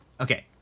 Okay